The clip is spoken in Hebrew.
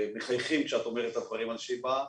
שמחייכים כשאת אומרת את הדברים על שיבא.